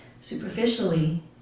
Superficially